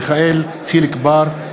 יחיאל חיליק בר,